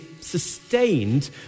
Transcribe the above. sustained